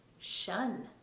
shun